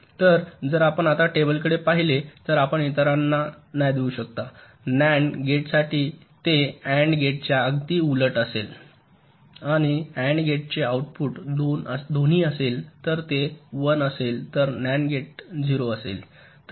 तर जर आपण आता टेबलकडे पाहिले तर आपण इतरांना न्याय देऊ शकता नन्ड गेटसाठी ते एन्ड गेटच्या अगदी उलट असेल आणि एण्ड गेटचे आउटपुट दोन्ही असेल तर ते 1 असेल तर नन्ड गेट 0 असेल